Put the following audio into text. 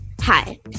Hi